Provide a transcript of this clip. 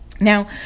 Now